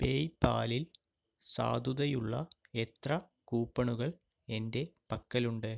പേയ്പാലിൽ സാധുതയുള്ള എത്ര കൂപ്പണുകൾ എൻ്റെ പക്കലുണ്ട്